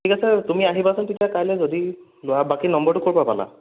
ঠিক আছে তুমি আহিবাচোন তেতিয়া কাইলৈ যদি লোৱা বাকী নম্বৰটো ক'ৰ পৰা পালা